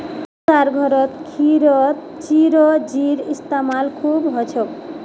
हमसार घरत खीरत चिरौंजीर इस्तेमाल खूब हछेक